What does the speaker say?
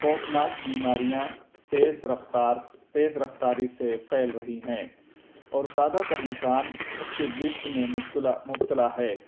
خوف ناک بیماریاں تیز رفتار تیز رفتاری سے پھیل رہی ہیں اور زیادہ تر انسان اس کے گرفت میں مبتلا مبتلا ہے